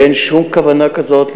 ואין שום כוונה כזאת,